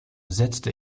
setzte